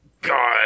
God